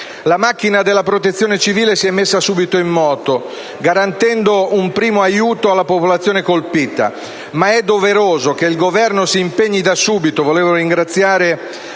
La macchina della protezione civile si è messa subito in moto, garantendo un primo aiuto alla popolazione colpita, ma è doveroso che il Governo si impegni da subito